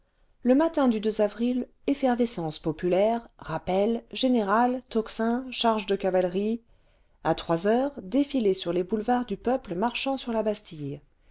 le matin du avril effervescence populaire rappel générale tocsin charges de cavalerie a trois heures défilé sur les boulevards du peuple marchant sur la bastille